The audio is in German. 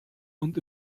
und